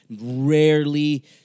Rarely